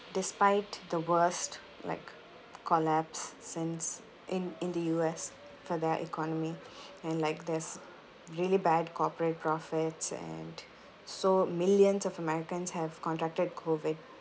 despite the worst like collapse since in in the U_S for their economy and like there's really bad corporate profits and so millions of americans have contracted COVID